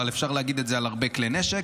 אבל אפשר להגיד את זה על הרבה כלי נשק.